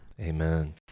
Amen